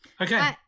okay